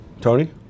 Tony